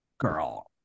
girl